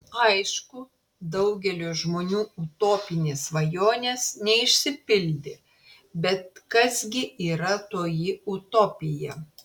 aišku daugelio žmonių utopinės svajonės neišsipildė bet kas gi yra toji utopija